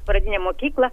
pradinę mokyklą